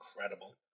incredible